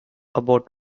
about